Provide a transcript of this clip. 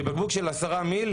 בבקבוק של 10 מיליליטר,